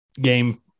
game